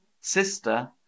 sister